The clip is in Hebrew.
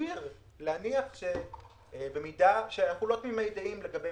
סביר להניח שאנחנו לא תמימי דעים לגבי